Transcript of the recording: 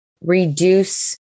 reduce